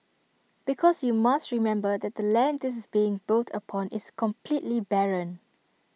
because you must remember that the land this is being built upon is completely barren